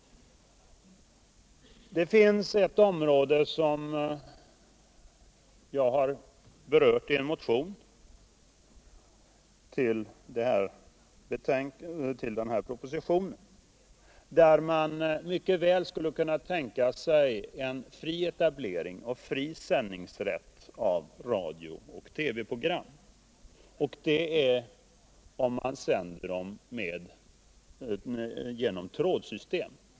Det finns ett område som jag berört i en motion med anledning av den här propositionen och där man mycket väl skulle kunna tänka sig fri etablering och fri sändningsrätt för radio och TV-program. Det gäller sändning av program genom trådsystem.